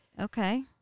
okay